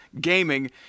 Gaming